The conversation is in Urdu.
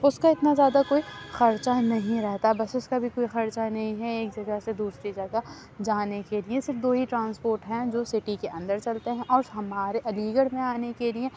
اُس کا اتنا زیادہ کوئی خرچہ نہیں رہتا بسز کا بھی کوئی خرچہ نہیں ہے ایک جگہ سے دوسری جگہ جانے کے لیے صرف دو ہی ٹرانسپورٹ ہیں جو سٹی کے اندر چلتے ہیں اور ہمارے علی گڑھ میں آنے کے لیے